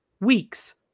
weeks